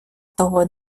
того